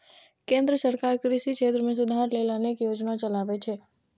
केंद्र सरकार कृषि क्षेत्र मे सुधार लेल अनेक योजना चलाबै छै